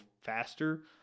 faster